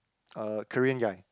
uh Korean guy